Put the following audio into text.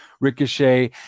Ricochet